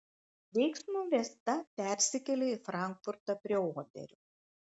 veiksmo vieta persikelia į frankfurtą prie oderio